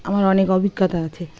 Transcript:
আমার অনেক অভিজ্ঞতা আছে